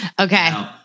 Okay